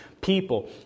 people